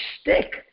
stick